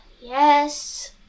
Yes